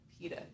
PETA